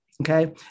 Okay